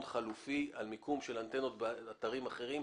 חלופי על מיקום של אנטנות באתרים אחרים,